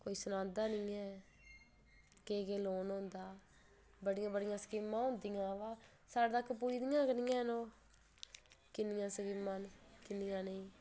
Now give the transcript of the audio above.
कोई सनांदा निं ऐ केह् केह् लोन होंदा बड़ियां बड़ियां स्कीमां होंदियां आवा साढ़े तक पुजदियां गै निं ओह् किन्निया स्कीमां न किन्निया नेईं